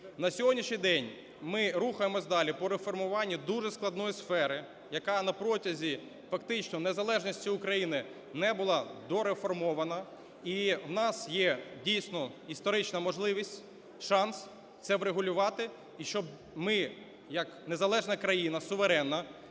На сьогоднішній день ми рухаємося далі по реформуванню дуже складної сфери, яка напротязі фактично незалежності України не була дореформована. І в нас є дійсно історична можливість, шанс це врегулювати і щоб ми як незалежна країна, суверенна,